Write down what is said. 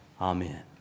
Amen